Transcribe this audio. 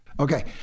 Okay